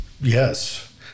Yes